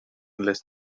endless